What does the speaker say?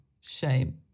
shame